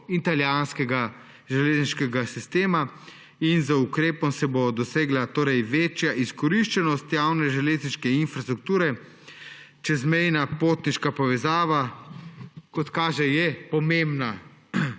slovensko-italijanskega železniškega sistema in z ukrepom se bo dosegla večja izkoriščenost javne železniške infrastrukture. Čezmejna potniška povezava, kot kaže, je pomembna